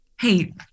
Hey